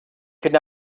could